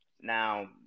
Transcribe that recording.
Now